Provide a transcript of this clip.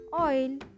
oil